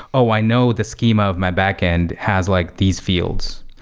oh, i know the schema of my backend has like these fields,